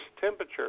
temperature